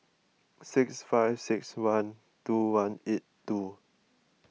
six five six one two one eight two